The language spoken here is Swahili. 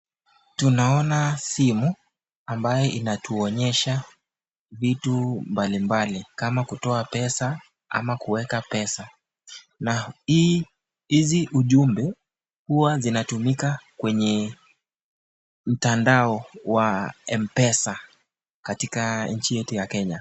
Tunaona simu ambaye inatuonyesha vitu mbalimbali kama kutoa pesa ama kuweka pesa na hizi ujumbe huwa zinatumika kwenye mtandao wa mpesa katika nji yetu ya Kenya.